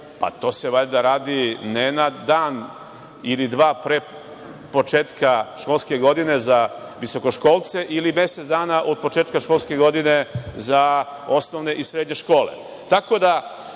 pa to se valjda radi, ne na dan ili dva pre početka školske godine za visokoškolce ili mesec dana od početka školske godine za osnovne i srednje škole. Vaše